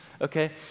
Okay